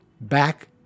back